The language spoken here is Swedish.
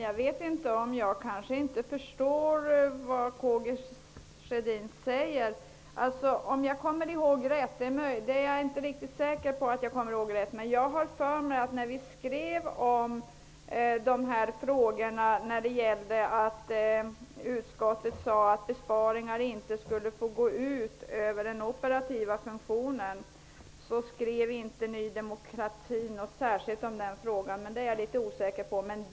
Herr talman! Jag kanske inte förstår vad K G Sjödin säger. Jag är inte riktigt säker på att jag kommer ihåg rätt. Men jag har för mig att Ny demokrati inte skrev något särskilt i frågan, när utskottet skrev att besparingar inte skulle få gå ut över den operativa funktionen. Jag är litet osäker på om det var så.